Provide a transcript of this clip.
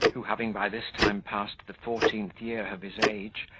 who, having by this time, passed the fourteenth year of his age,